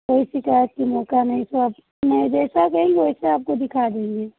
कोई शिकायत की मौका नहीं सब मैं जैसा कहेंगे वैसा आपको दिखा देंगे